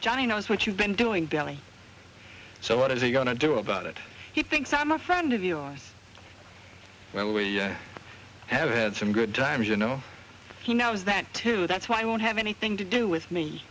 johnny knows what you've been doing belly so what is he going to do about it he thinks i'm a friend of yours and we have had some good times you know he knows that too that's why i don't have anything to do with me